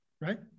Right